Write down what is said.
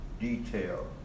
detail